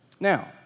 Now